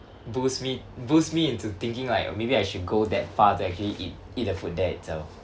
boost me boost me into thinking like maybe I should go that far to actually eat eat the food there itself